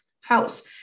house